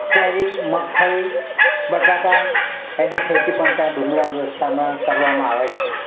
કેરી મગફળી બટાકા એની ખેતી પણ ત્યાં ડુંગરાળ વિસ્તારમાં કરવામાં આવે છે